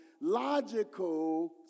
logical